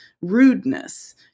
rudeness